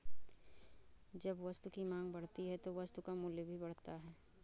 जब वस्तु की मांग बढ़ती है तो वस्तु का मूल्य भी बढ़ता है